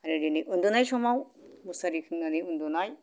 आरो दिनै उन्दुनाय समाव मुसारि सोंनानै उन्दुनाय